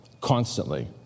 constantly